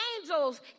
angels